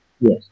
Yes